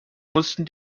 mussten